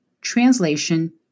translation